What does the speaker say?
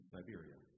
Siberia